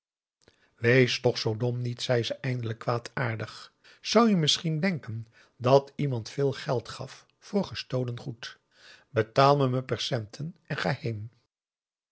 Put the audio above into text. wees toch zoo dom niet zei ze eindelijk kwaadaardig zou je misschien denken dat iemand veel geld gaf voor gestolen goed betaal me mijn percenten en ga heen